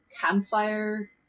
campfire